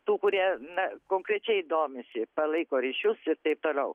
tų kurie na konkrečiai domisi palaiko ryšius ir taip toliau